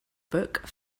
book